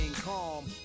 calm